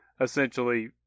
essentially